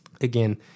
Again